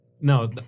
no